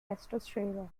testosterone